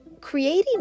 creating